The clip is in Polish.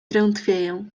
drętwieję